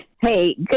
Hey